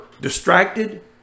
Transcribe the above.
distracted